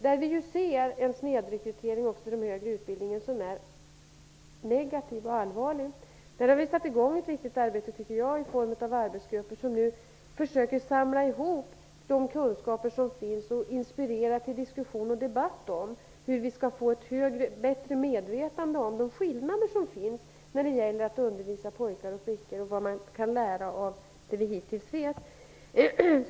Vi ser ju även där en snedrekrytering till den högre utbildningen som är negativ och allvarlig. Där har vi satt i gång ett viktigt arbete i form av arbetsgrupper. De försöker samla ihop de kunskaper som finns samt inspirera till diskussion och debatt om hur vi skall få ett bättre medvetande om de skillnader som finns när det gäller att undervisa pojkar och flickor och vad man kan lära av det vi hittills vet.